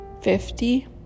fifty